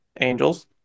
Angels